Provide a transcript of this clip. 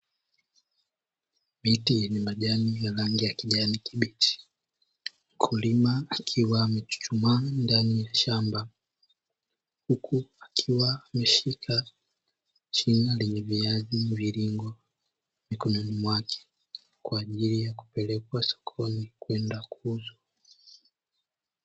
Miti yenye majani ya rangi ya kijani kibichi, mkulima akiwa amechuchumaa ndani ya shamba, huku akiwa ameshika shina lenye viazi mviringo, mikononi mwake kwa ajili ya kupelekwa sokoni kwenda kuuzwa.